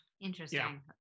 Interesting